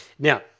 Now